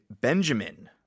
Benjamin